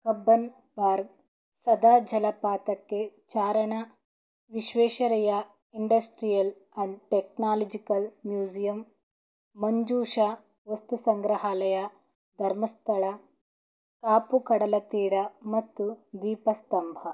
Cubbon park Sada ಜಲಪಾತಕ್ಕೆ ಚಾರಣ Visvesvaraya industrial and technological museum Manjusha ವಸ್ತು ಸಂಗ್ರಹಾಲಯ ಧರ್ಮಸ್ಥಳ ಕಾಪು ಕಡಲ ತೀರ ಮತ್ತು ದೀಪಸ್ತಂಭ